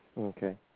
Okay